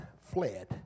fled